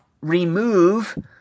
remove